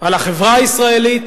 על החברה הישראלית